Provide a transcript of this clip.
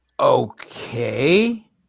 Okay